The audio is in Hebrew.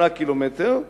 8 קילומטר,